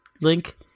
link